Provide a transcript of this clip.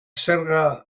zerga